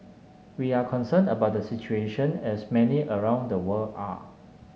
we are concerned about the situation as many around the world are